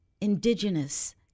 Indigenous